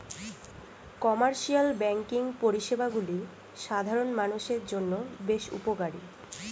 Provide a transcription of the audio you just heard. commercial banking পরিষেবাগুলি সাধারণ মানুষের জন্য বেশ উপকারী